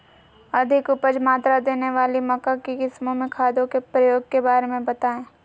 अधिक उपज मात्रा देने वाली मक्का की किस्मों में खादों के प्रयोग के बारे में बताएं?